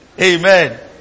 Amen